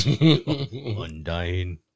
undying